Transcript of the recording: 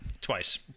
twice